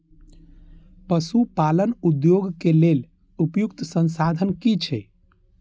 पशु पालन उद्योग के लेल उपयुक्त संसाधन की छै?